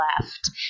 left